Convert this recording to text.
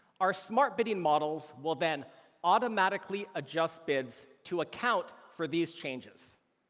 our smart bidding models will then automatically adjust bids to account for these changes.